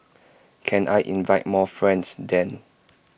can I invite more friends then